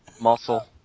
muscle